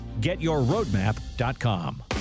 getyourroadmap.com